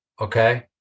Okay